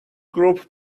group